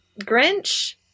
Grinch